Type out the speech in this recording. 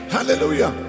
Hallelujah